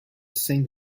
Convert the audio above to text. saint